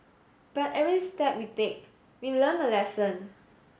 but every step we take we learn a lesson